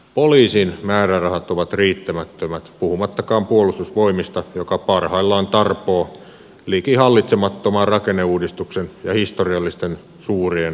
poliisin määrärahat ovat riittämättömät puhumattakaan puolustusvoimista joka parhaillaan tarpoo liki hallitsemattoman rakenneuudistuksen ja historiallisten suurien budjettileikkausten suossa